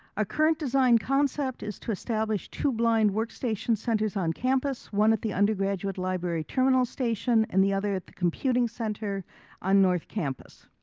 ah current design concept is to establish two blind workstation centers on campus, one at the undergraduate library terminal station and the other at the computing center on north campus.